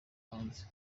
hanze